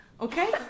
okay